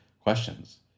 questions